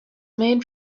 made